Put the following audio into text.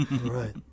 Right